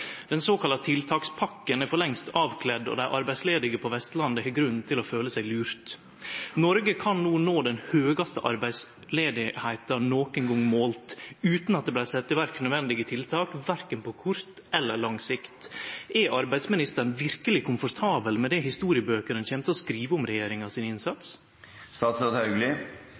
Den såkalla tiltakspakka er for lengst avkledd, og dei arbeidslause på Vestlandet har grunn til å føle seg lurte. Noreg kan no nå den høgaste arbeidsløysa nokon gong målt, utan at det har vorte sett i verk nødvendige tiltak – korkje på kort eller lang sikt. Er arbeidsministeren verkeleg komfortabel med det som kjem til å stå i historiebøkene om innsatsen til regjeringa?